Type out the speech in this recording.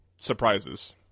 surprises